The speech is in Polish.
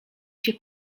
się